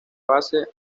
base